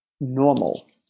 normal